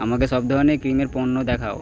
আমাকে সব ধরনের ক্রিমের পণ্য দেখাও